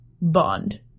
Bond